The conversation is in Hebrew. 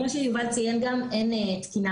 כמו שיובל גם ציין, אין תקינה